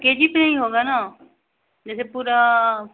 के जी पर ही होगा न जैसे पूरा